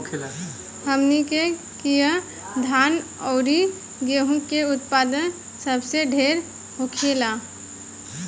हमनी किहा धान अउरी गेंहू के उत्पदान सबसे ढेर होखेला